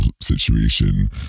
situation